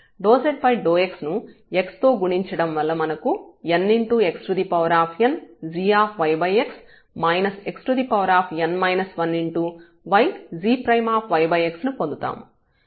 ∂z∂x ను x తో గుణించడం వల్ల మనం nxn gyx xn 1ygyx ను పొందుతాము